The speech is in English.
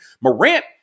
Morant